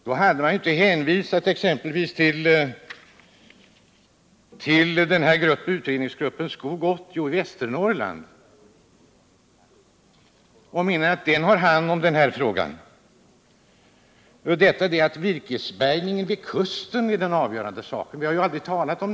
Då hade man exempelvis inte hänvisat till utredningsgruppen Skog 80 och menat att den har hand om denna fråga. Och att virkesbärgningen vid kusten skulle vara den avgörande saken har vi aldrig talat om.